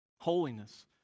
Holiness